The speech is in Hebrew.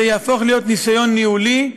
זה יהפוך להיות ניסיון ניהולי,